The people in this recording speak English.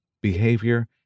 behavior